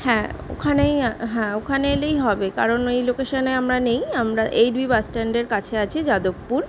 হ্যাঁ ওখানেই হ্যাঁ ওখানে এলেই হবে কারণ ওই লোকেশানে আমরা নেই আমরা এইট বি বাসস্ট্যান্ডের কাছে আছি যাদবপুর